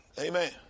Amen